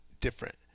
different